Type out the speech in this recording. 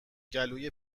گلوی